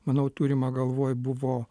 manau turima galvoj buvo